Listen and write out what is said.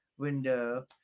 window